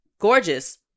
Gorgeous